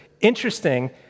Interesting